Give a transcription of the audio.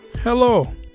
Hello